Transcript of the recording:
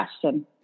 question